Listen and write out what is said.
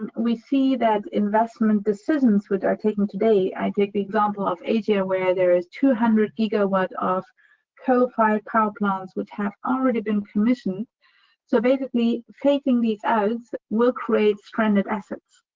and we see that investment decisions which are taken today take the example of asia where there is two hundred gigawatt of coal-fired power plants which have already been commissioned so, basically, phasing these out will create stranded assets.